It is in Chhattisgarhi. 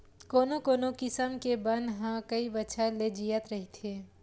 कोनो कोनो किसम के बन ह कइ बछर ले जियत रहिथे